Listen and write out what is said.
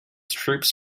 troops